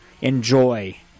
enjoy